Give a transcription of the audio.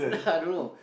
I don't know